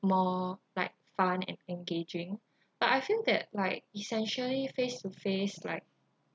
more like fun and engaging but I feel that like essentially face to face like